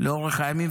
לאורך הימים,